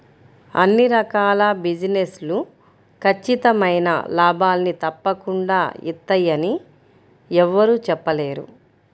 అన్ని రకాల బిజినెస్ లు ఖచ్చితమైన లాభాల్ని తప్పకుండా ఇత్తయ్యని యెవ్వరూ చెప్పలేరు